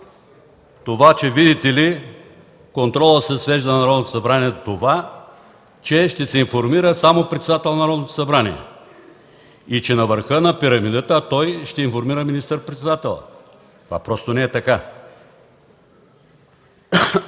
това, че, видите ли, контролът на Народното събрание се свежда до това, че ще се информира само председателят на Народното събрание. И че на върха на пирамидата той ще информира министър-председателя. Това просто не е така.